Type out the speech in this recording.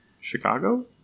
Chicago